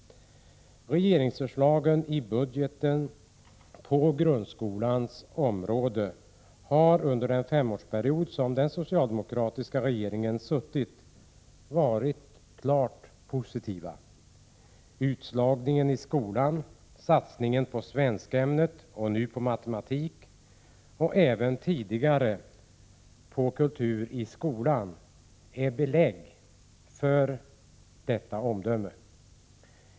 Regeringsförslagen i budgeten på grundskolans område har under den femårsperiod som den socialdemokratiska regeringen suttit varit klart positiva. Utslagningen i skolan, satsningen på svenskämnet och nu på matematik och även tidigare kultur i skolan är belägg för detta omdöme.